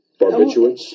barbiturates